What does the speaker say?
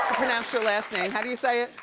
pronounce your last name. how do you say it?